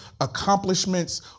accomplishments